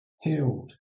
healed